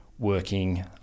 working